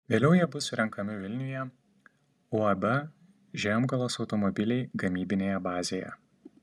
vėliau jie bus surenkami vilniuje uab žiemgalos automobiliai gamybinėje bazėje